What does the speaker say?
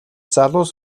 залуус